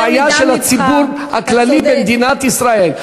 כיוון שפה זו בעיה של הציבור הכללי במדינת ישראל.